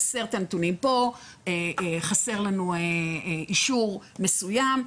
חסר את הנתונים פה, חסר לנו אישור מסוים.